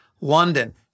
London